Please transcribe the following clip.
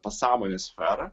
pasąmonės sferą